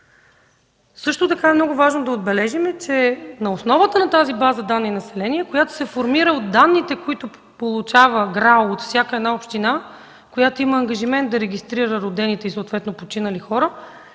Също много важно е да отбележим, че на основата на базата данни „Население”, която се формира от данните, които ГРАО получава от всяка община, която има ангажимент да регистрира родените и починали хора,